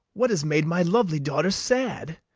what has made my lovely daughter sad?